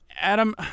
Adam